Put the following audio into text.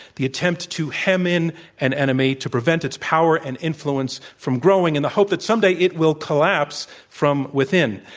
the attempt to hem in an enemy to prevent its power and influence from growing in the hope that someday it will collapse from within.